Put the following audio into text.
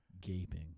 gaping